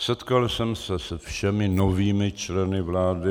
Setkal jsem se se všemi novými členy vlády.